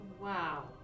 Wow